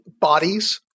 bodies